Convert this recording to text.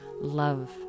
love